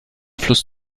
fluss